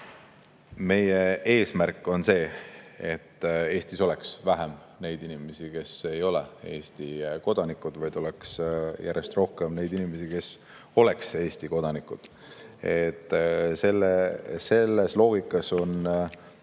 Meie eesmärk on see, et Eestis oleks vähem neid inimesi, kes ei ole Eesti kodanikud, ja oleks järjest rohkem neid inimesi, kes on Eesti kodanikud. See on loogika, mis